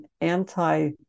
anti